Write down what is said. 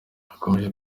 akomeje